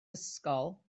ysgol